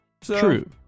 True